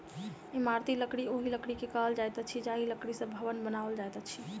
इमारती लकड़ी ओहि लकड़ी के कहल जाइत अछि जाहि लकड़ी सॅ भवन बनाओल जाइत अछि